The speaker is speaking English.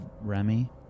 Remy